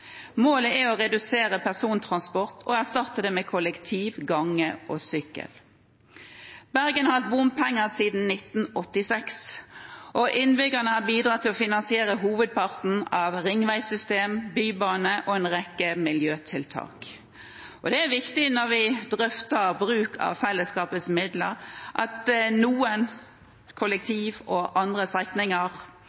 Målet er å redusere persontransport og erstatte den med kollektivtransport, gange og sykkel. Bergen har hatt bompenger siden 1986, og innbyggerne har bidratt til å finansiere hovedparten av ringveisystem, bybane og en rekke miljøtiltak. Det er viktig at vi drøfter bruk av fellesskapets midler – for noen